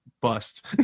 bust